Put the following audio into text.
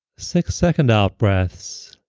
six second out breaths